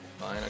Fine